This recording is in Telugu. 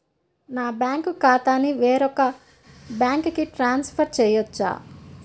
నా బ్యాంక్ ఖాతాని వేరొక బ్యాంక్కి ట్రాన్స్ఫర్ చేయొచ్చా?